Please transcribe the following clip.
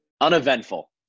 Uneventful